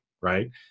right